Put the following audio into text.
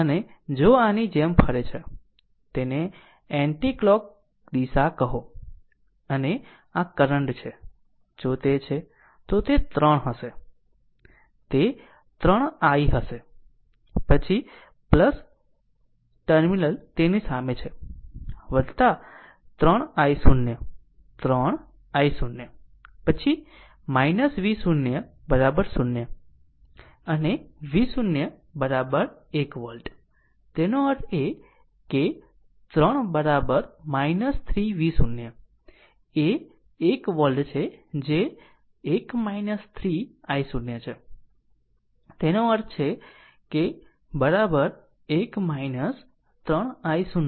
અને જો આ આની જેમ ફરે છે તેને એન્ટિકલોક દિશા કહો અને આ કરંટ છે જો તે છે તો તે 3 હશે તે 3 i હશે પછી ટર્મિનલ તેની સામે છે 3 i0 3 i0 પછી V0 0 અને V0 1 વોલ્ટ તેનો અર્થ એ કે 3 V0 એ 1 વોલ્ટ છે જે 1 3 i0 છે તેનો અર્થ છે 1 3 i0 ભાગ્યા 3